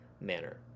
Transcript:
manner